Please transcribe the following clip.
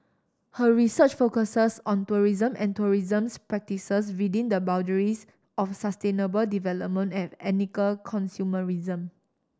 her research focuses on tourism and tourism's practices within the boundaries of sustainable development and ethical consumerism